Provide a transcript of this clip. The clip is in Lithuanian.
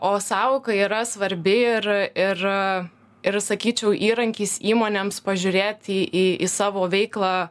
o sąvoka yra svarbi ir ir ir sakyčiau įrankis įmonėms pažiūrėti į į savo veiklą